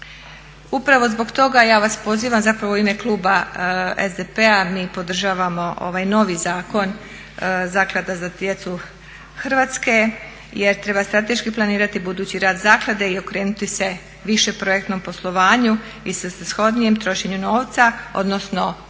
Upravo zbog toga ja vas pozivam zapravo u ime kluba SDP-a, mi podržavamo ovaj novi zakon, Zaklada "Hrvatska za djecu" jer treba strateški budući rad zaklade i okrenuti se više projektnom poslovanju i svrsishodnijem trošenju novca odnosno podići